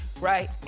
right